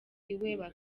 iwe